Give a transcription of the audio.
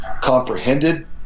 comprehended